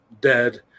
dead